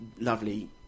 lovely